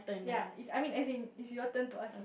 ya is I mean as in it's your turn to ask